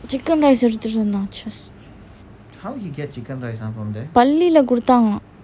chicken rice எடுத்துட்டு இருந்தான் பள்ளில குடுதாங்கலாம்:eduthutu irunthan pallila kuduthangalaam